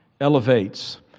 elevates